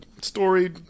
story